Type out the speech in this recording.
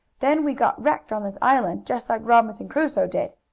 then we got wrecked on this island, just like robinson crusoe did.